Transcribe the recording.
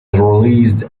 released